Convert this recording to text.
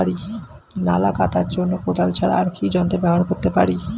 নালা কাটার জন্য কোদাল ছাড়া আর কি যন্ত্র ব্যবহার করতে পারি?